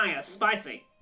spicy